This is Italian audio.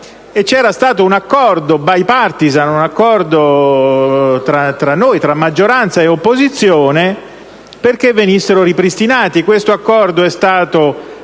vi era un accordo *bipartisan*, un accordo tra noi, tra maggioranza e opposizione perché venissero ripristinati. Tale accordo è stato